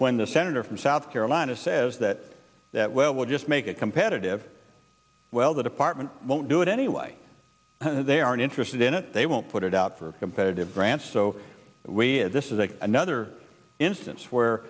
when the senator from south carolina says that that well will just make it competitive well the department won't do it anyway they aren't interested in it they won't put it out for competitive grants so way this is a another instance where